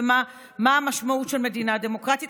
ומה המשמעות של מדינה דמוקרטית,